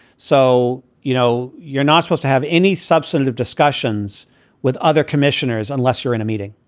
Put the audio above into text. so, you know, you're not supposed to have any substantive discussions with other commissioners unless you're in a meeting.